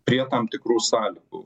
prie tam tikrų sąlygų